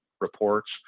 reports